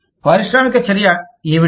పారిశ్రామిక చర్య ఏమిటి